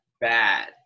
bad